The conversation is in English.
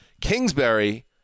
Kingsbury